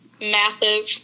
massive